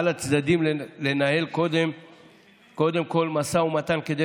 על הצדדים לנהל קודם כול משא ומתן כדי